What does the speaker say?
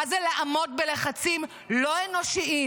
מה זה לעמוד בלחצים לא אנושיים,